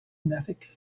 magnetic